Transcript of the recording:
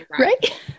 Right